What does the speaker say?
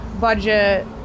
budget